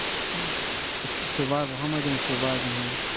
that's great it's survival. how am i gonna survive in here?